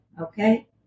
okay